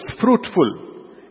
fruitful